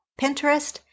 Pinterest